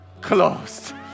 closed